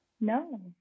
No